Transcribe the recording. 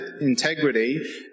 integrity